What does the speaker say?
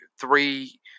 Three